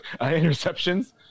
interceptions